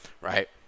right